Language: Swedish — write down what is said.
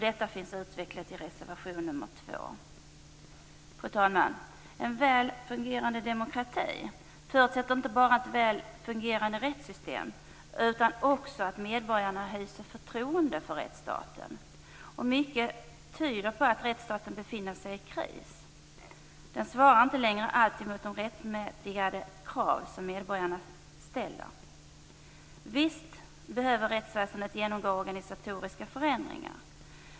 Detta finns utvecklat i reservation nr 2. Fru talman! En väl fungerande demokrati förutsätter inte bara ett väl fungerande rättssystem utan också att medborgarna hyser förtroende för rättsstaten. Mycket tyder på att rättsstaten befinner sig i kris. Den svarar inte längre alltid mot de rättmätiga krav som medborgarna ställer. Visst behöver rättsväsendet genomgå organisatoriska förändringar.